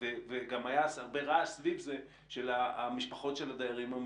וגם היה אז הרבה רעש סביב זה של המשפחות הדיירים המפונים.